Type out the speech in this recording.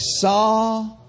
saw